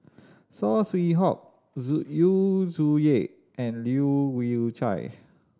Saw Swee Hock Yu Zhuye and Leu Yew Chye